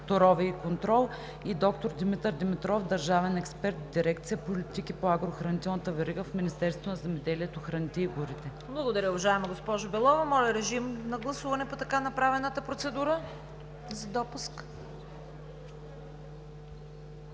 торове и контрол“, и доктор Димитър Димитров – държавен експерт в дирекция „Политики по агрохранителната верига“ в Министерството на земеделието, храните и горите. ПРЕДСЕДАТЕЛ ЦВЕТА КАРАЯНЧЕВА: Благодаря, уважаема госпожо Белова. Моля, режим на гласуване по така направената процедура за допуск.